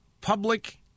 public